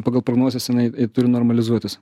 pagal prognozes jinai turi normalizuotis